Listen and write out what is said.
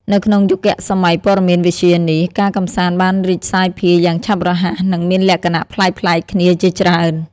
នៅក្នុងយុគសម័យព័ត៌មានវិទ្យានេះ ការកម្សាន្តបានរីកសាយភាយយ៉ាងឆាប់រហ័ស និងមានលក្ខណៈប្លែកៗគ្នាជាច្រើន។